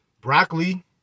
broccoli